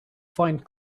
find